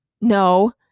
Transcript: No